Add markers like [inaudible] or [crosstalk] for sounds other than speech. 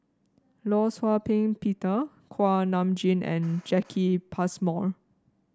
Law Shau Ping Peter Kuak Nam Jin [noise] and Jacki Passmore